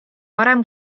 varem